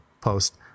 post